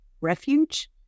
refuge